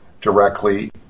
directly